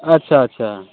अच्छा अच्छा